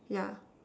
yeah